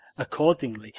accordingly,